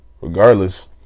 Regardless